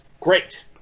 great